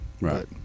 right